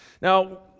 Now